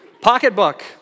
Pocketbook